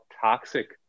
toxic